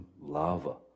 lava